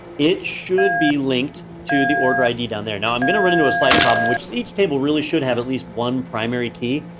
it should be linked to the order id down there. now i'm going to run into a slight problem which is, each table really should have at least one primary key.